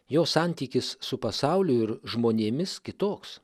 jo santykis su pasauliu ir žmonėmis kitoks